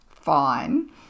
fine